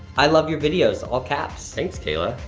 i love your videos, all caps. thanks, kayla,